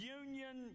union